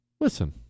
Listen